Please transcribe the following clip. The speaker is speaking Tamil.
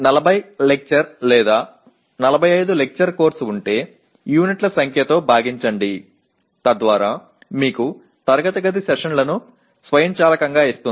உங்களிடம் 40 விரிவுரை அல்லது 45 விரிவுரை படிப்பு இருந்தால் அவை அலகுகளின் எண்ணிக்கையால் வகுக்கப்பட்டால் தானாக வகுப்பறை அமர்வுகள் உங்களுக்கு கிடைக்கும்